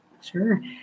Sure